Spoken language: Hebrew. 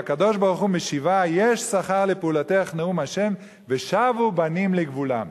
והקדוש-ברוך-הוא משיבה: "יש שכר לפעלתך נאם ה' ושבו בנים לגבולם".